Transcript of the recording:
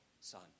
son